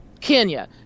Kenya